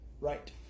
right